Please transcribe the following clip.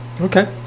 Okay